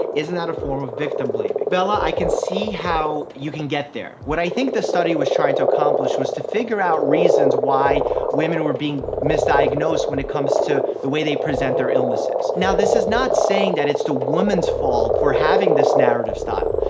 isn't that a form of victim blaming? bella, i can see how you can get there. what i think the study was trying to accomplish was to figure out reasons why women were being misdiagnosed when it comes to the way they present their illnesses. now, this is not saying that it's the woman's fault for having this narrative style.